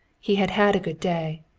he had had a good day.